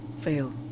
Fail